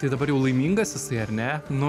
tai dabar jau laimingas jisai ar ne nu